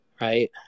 right